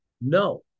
No